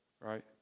Right